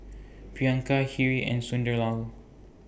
Priyanka Hri and Sunderlal